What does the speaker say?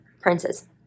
princes